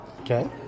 Okay